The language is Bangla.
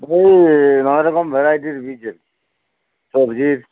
ঐ যে নানা রকম ভ্যারাইটিস বীজের সবজির